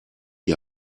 die